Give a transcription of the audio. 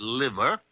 liver